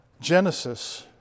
Genesis